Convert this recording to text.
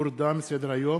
הרווחה והבריאות כאמור.